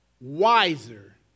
wiser